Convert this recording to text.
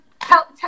tell